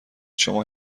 شما